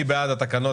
מי בעד התקנות?